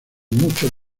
mucho